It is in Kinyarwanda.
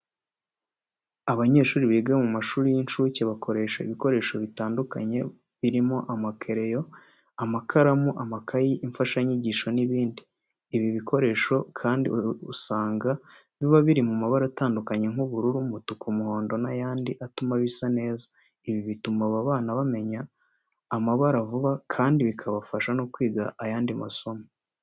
Abanyeshuri biga mu mashuri y'incuke bakoresha ibikoresho bitandukanye birimo amakereyo, amakaramu, amakayi, imfashanyigisho n'ibindi. Ibi bikoresho kandi usanga biba biri mu mabara atandukanye nk'ubururu, umutuku, umuhondo n'ayandi atumu bisa neza. Ibi bituma aba bana bamenya amabara vuba kandi bikabafasha no kwiga ayandi masomo.